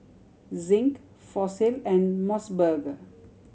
Zinc Fossil and Mos Burger